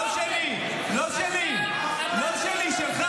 לא שלי, לא שלי, שלך.